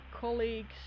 colleagues